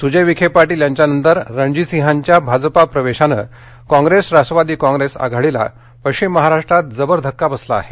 सुजय विखे पाटील यांच्यानंतर रणजीतसिंहाच्या भाजप प्रवेशाने काँप्रेस राष्ट्रवादी काँप्रेस आघाडीला पश्चिम महाराष्ट्रात जबर धक्का बसला आहे